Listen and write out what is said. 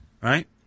right